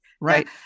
Right